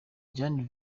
jan